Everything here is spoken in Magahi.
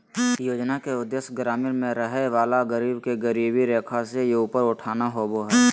योजना के उदेश्य ग्रामीण में रहय वला गरीब के गरीबी रेखा से ऊपर उठाना होबो हइ